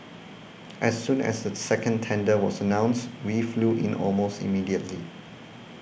as soon as the second tender was announced we flew in almost immediately